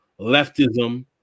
leftism